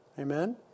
Amen